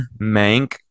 Mank